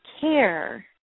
care